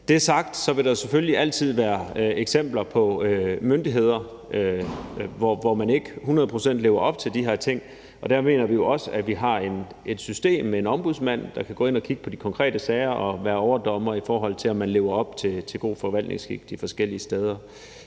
er sagt, vil der selvfølgelig altid være eksempler på myndigheder, hvor man ikke hundrede procent lever op til de her ting, og der mener vi jo også, at vi har et system med en ombudsmand, der kan gå ind og kigge på de konkrete sager og være overdommer, i forhold til om man de forskellige steder